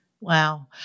Wow